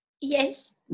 Yes